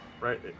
right